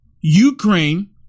Ukraine